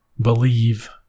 believe